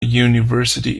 university